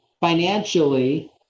financially